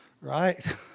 Right